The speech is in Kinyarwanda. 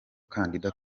kandida